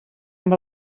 amb